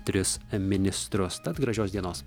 tris ministrus tad gražios dienos